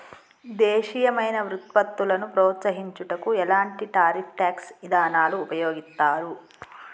దేశీయమైన వృత్పత్తులను ప్రోత్సహించుటకు ఎలాంటి టారిఫ్ ట్యాక్స్ ఇదానాలు ఉపయోగిత్తారు